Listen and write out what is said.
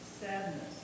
sadness